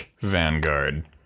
vanguard